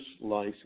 life